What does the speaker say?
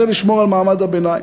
זה לשמור על מעמד הביניים.